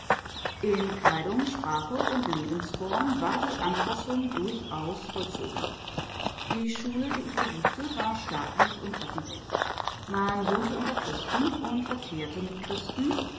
in kleidung sprache und lebensform war die anpassung durchaus vollzogen die schule die ich besuchte war staatlich und öffentlich man wohnte unter christen verkehrte mit christen